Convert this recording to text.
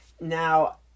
Now